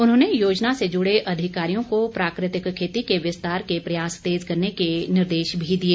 उन्होंने योजना से जुड़े अधिकारियों को प्राकृतिक खेती के विस्तार के प्रयास तेज करने के निर्देश भी दिए